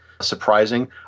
surprising